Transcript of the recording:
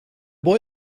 boy